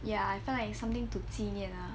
ya I fe~ like something to 纪念 lor